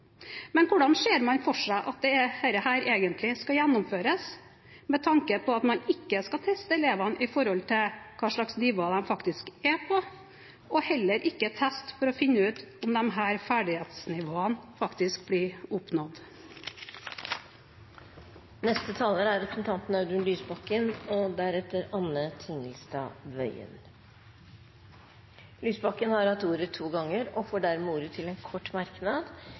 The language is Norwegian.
Men hvordan ser man for seg at dette egentlig skal gjennomføres med tanke på at man ikke skal teste elevene i hva slags nivå de faktisk er på, og heller ikke teste for å finne ut om disse ferdighetsnivåene faktisk blir oppnådd? Representanten Audun Lysbakken har hatt ordet to ganger tidligere og får ordet til en kort merknad,